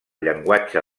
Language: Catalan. llenguatge